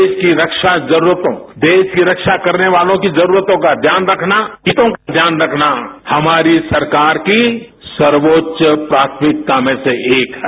देश की रक्षा जरूरतों देश की रक्षा करने वालों की जरूरतों का ध्यान रखना हितों का ध्यान रखना हमारी सरकार की सर्वोच्च प्राथमिकता में से एक है